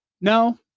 No